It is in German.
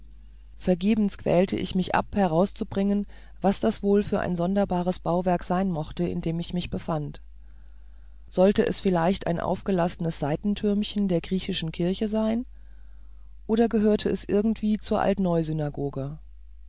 vergebens quälte ich mich ab herauszubringen was das wohl für ein sonderbares bauwerk sein mochte in dem ich mich befand sollte es vielleicht ein aufgelassenes seitentürmchen der griechischen kirche sein oder gehörte es irgendwie zur altneusynagoge